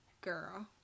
Girl